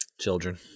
children